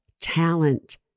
talent